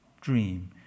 dream